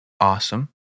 awesome